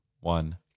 one